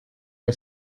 que